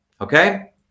Okay